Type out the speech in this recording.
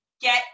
get